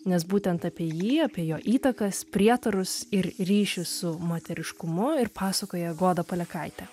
nes būtent apie jį apie jo įtakas prietarus ir ryšį su moteriškumu ir pasakoja goda palekaitė